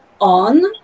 on